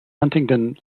huntingdon